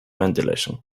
ventilation